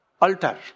Altar